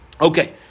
Okay